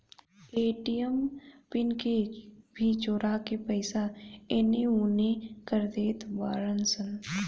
ATM pin के भी चोरा के पईसा एनेओने कर देत बाड़ऽ सन